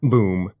Boom